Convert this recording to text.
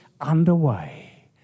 underway